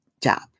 job